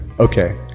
Okay